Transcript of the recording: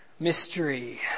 Mystery